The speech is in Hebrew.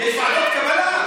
כן, יש ועדות קבלה.